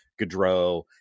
Gaudreau